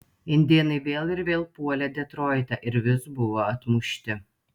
indėnai vėl ir vėl puolė detroitą ir vis buvo atmušti